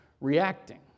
reacting